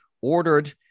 ordered